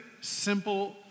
simple